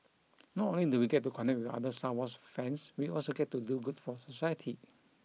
not only do we get to connect with other Star Wars fans we also get to do good for society